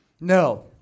No